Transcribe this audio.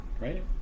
Right